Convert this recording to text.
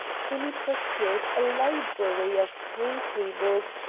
kinney procured a library of timetables,